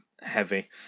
heavy